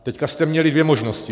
Teď jste měli dvě možnosti.